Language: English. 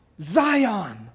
Zion